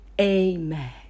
amen